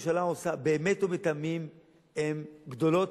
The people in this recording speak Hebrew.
והפעולות שהממשלה עושה באמת ובתמים הן גדולות